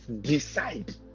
Decide